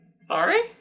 Sorry